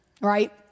right